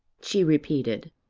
she repeated.